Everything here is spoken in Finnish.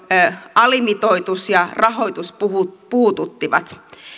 alimitoitus ja rahoitus puhututtivat puhututtivat